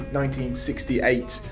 1968